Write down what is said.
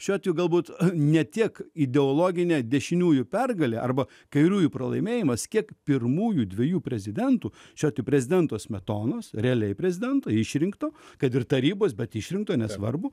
šiuo atveju galbūt ne tiek ideologinė dešiniųjų pergalė arba kairiųjų pralaimėjimas kiek pirmųjų dviejų prezidentų šio prezidento smetonos realiai prezidento išrinkto kad ir tarybos bet išrinkto nesvarbu